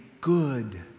good